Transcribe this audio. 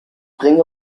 bringe